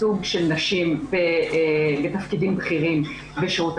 זה דווקא רעיון טוב, הנושא הזה.